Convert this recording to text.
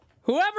Whoever